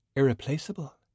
irreplaceable